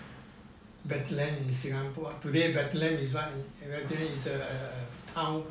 back then in singapore today is what is a a a town